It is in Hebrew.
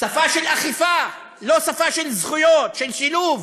שפה של אכיפה, לא שפה של זכויות, של שילוב,